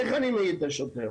איך אני מעיד את השוטר?